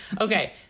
Okay